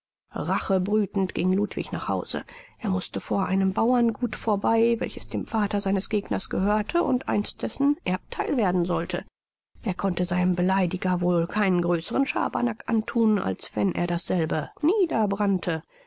rache brütend ging ludwig nach hause er mußte vor einem bauerngut vorbei welches dem vater seines gegners gehörte und einst dessen erbtheil werden sollte er konnte seinem beleidiger wohl keinen größern schabernack anthun als wenn er dasselbe